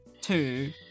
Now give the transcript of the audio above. two